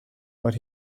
but